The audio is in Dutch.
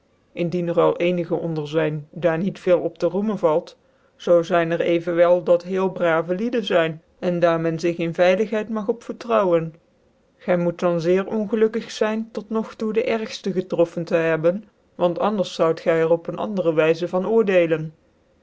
indien er al cenigc onder iyn daar niet veel op tc roemen valt zoo zyn er evenwel dat hcclc brave heden zyn en daar men zig in vylighcid mag op vertrouwen gy moet dan zeer ongelukkig zyn tot nog toe dc ergfte getroffen tc hebben want anders zoud gy er op een andere wyzc van oordcclcn